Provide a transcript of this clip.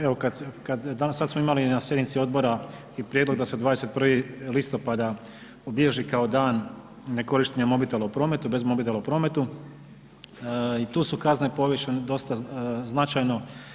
Evo, danas, sad smo imali i na sjednici odbora i prijedlog da se 21. listopada obilježi kao dan ne korištenja mobitela u prometu, bez mobitela u prometu i tu su kazne povišene dosta značajno.